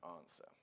answer